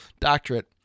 doctorate